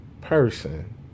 person